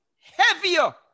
Heavier